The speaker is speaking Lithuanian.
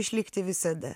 išlikti visada